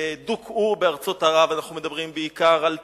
דוכאו בארצות ערב, אנחנו מדברים בעיקר על תימן,